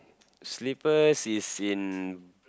slippers is in